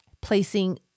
placing